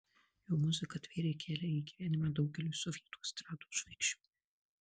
jo muzika atvėrė kelią į gyvenimą daugeliui sovietų estrados žvaigždžių